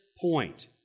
point